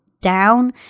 down